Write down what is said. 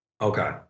Okay